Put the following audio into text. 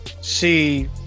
see